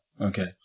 Okay